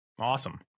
Awesome